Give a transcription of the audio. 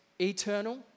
eternal